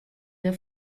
der